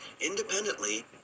independently